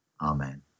Amen